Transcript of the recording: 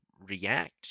react